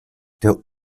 der